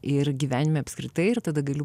ir gyvenime apskritai ir tada galiu